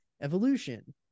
evolution